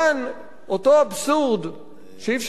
אותו אבסורד שאי-אפשר להבין אותו,